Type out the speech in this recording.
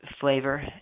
flavor